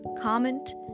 Comment